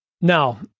now